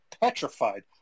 petrified